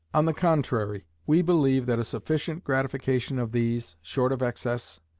on the contrary, we believe that a sufficient gratification of these, short of excess,